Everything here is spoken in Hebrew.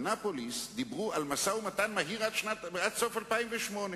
באנאפוליס דיברו על משא-ומתן מהיר עד סוף 2008,